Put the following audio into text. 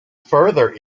further